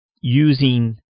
using